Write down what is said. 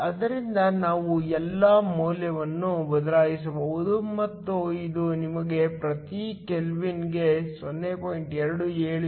ಆದ್ದರಿಂದ ನಾವು ಎಲ್ಲಾ ಮೌಲ್ಯಗಳನ್ನು ಬದಲಿಸಬಹುದು ಮತ್ತು ಇದು ನಿಮಗೆ ಪ್ರತಿ ಕೆಲ್ವಿನ್ಗೆ 0